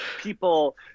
people